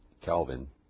Calvin